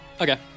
okay